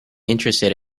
interested